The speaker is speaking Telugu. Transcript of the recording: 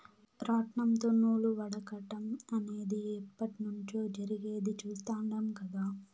రాట్నంతో నూలు వడకటం అనేది ఎప్పట్నుంచో జరిగేది చుస్తాండం కదా